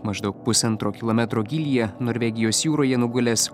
maždaug pusantro kilometro gylyje norvegijos jūroje nugulęs